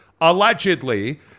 allegedly